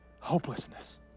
hopelessness